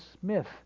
Smith